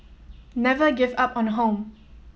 never give up on home